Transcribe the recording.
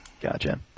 gotcha